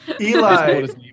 Eli